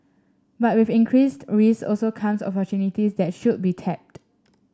but with increased risks also come opportunities that should be tapped